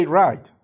right